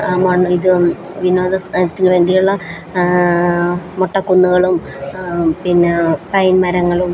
ഇത് വിനോദ സ്ഥലത്തിന് വേണ്ടി ഉള്ള മൊട്ടക്കുന്നുകളും പിന്നെ പൈൻ മരങ്ങളും